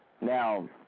Now